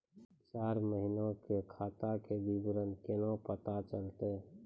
चार महिना के खाता के विवरण केना पता चलतै?